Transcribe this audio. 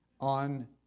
on